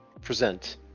present